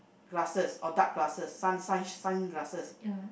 glasses or dark glasses sun sun glasses